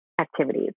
activities